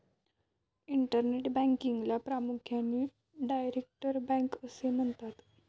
internet बँकिंगला प्रामुख्याने direct bank असे म्हणतात